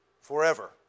forever